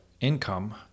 income